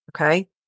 okay